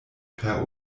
per